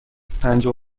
پنجاه